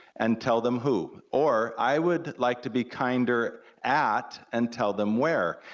and tell them who, or i would like to be kinder at, and tell them where,